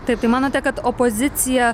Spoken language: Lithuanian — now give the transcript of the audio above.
taip tai manote kad opozicija